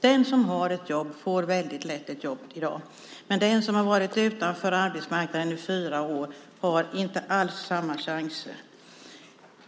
Den som har ett jobb får väldigt lätt ett jobb i dag. Men den som har varit utanför arbetsmarknaden i fyra år har inte alls samma chanser.